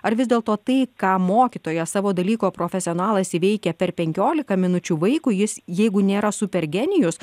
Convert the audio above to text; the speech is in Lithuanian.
ar vis dėlto tai ką mokytojas savo dalyko profesionalas įveikia per penkioliką minučių vaikui jis jeigu nėra super genijus